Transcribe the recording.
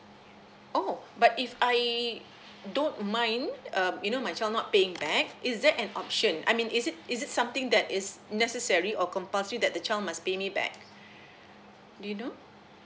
oh but if I don't mind um you know my child not paying back is there an option I mean is it is it something that is necessary or compulsory that the child must pay me back you know